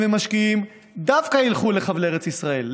ומשקיעים דווקא ילכו לחבלי ארץ ישראל,